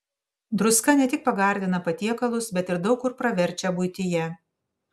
druska ne tik pagardina patiekalus bet ir daug kur praverčia buityje